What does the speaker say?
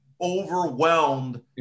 overwhelmed